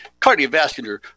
cardiovascular